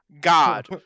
god